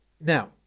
Now